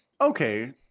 Okay